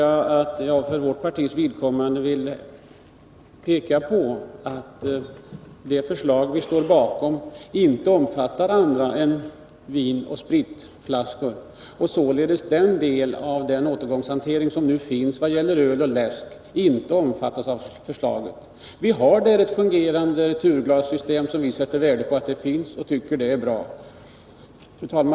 Jag vill därför för vårt partis vidkommande peka på att det förslag vi står bakom inte omfattar andra flaskor än vinoch spritflaskor. Således berörs inte den del av återgångshanteringen som nu tillämpas vad gäller öl och läsk av det här förslaget. Vi har ett fungerande returglassystem, som vi sätter värde på och tycker är bra. Fru talman!